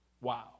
Wow